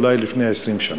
אולי לפני 20 שנה.